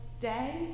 day